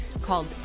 called